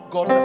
God